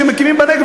כשמקימים בנגב,